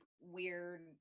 weird